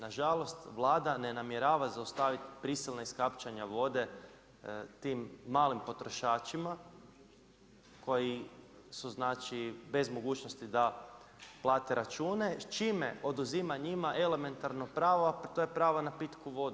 Nažalost, Vlada ne namjerava zaustaviti prisilna iskapčanja vode tim malim potrošačima koji su bez mogućnosti da plate račune čime oduzimanje njima elementarno pravo, a to je pravo na pitku vodu.